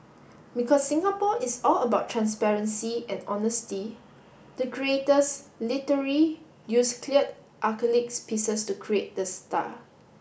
because Singapore is all about transparency and honesty the creators literally used cleared acrylics pieces to create the star